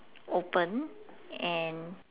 open and